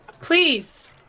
please